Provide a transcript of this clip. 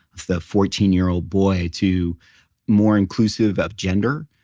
the fourteen year old boy to more inclusive of gender,